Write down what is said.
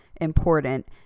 important